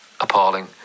Appalling